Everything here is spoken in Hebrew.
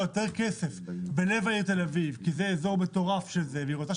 יותר כסף בלב העיר תל אביב כי זה אזור מטורף והיא